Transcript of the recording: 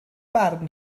barn